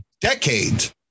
decades